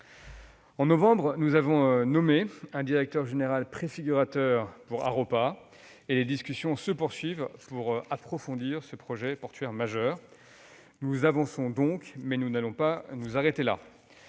En novembre, nous avons nommé un directeur général préfigurateur pour Haropa ports de Paris Seine Normandie, et les discussions se poursuivent pour approfondir ce projet portuaire majeur. Nous avançons, mais nous n'allons pas nous arrêter là.